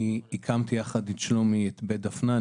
הקמתי יחד עם שלומי את בית דפנה,